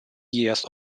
years